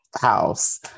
house